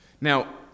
Now